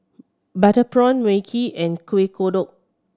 butter prawn Mui Kee and Kuih Kodok